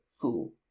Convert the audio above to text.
Fool